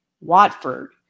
watford